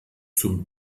zum